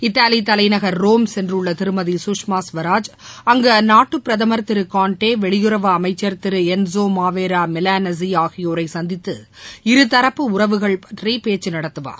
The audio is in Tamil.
இத்தாலி தலைநகள் ரோம் சென்றுள்ள் திருமதி குஷ்மா சுவராஜ் அங்கு அந்நாட்டு பிரதமா் திரு கான்டே வெளியுறவு அமைச்ச் திரு என்சோ மாவேரோ மிவான்சி ஆகியோரை சந்தித்து இருதரப்பு உறவுகள் பற்றி பேச்சு நடத்துவார்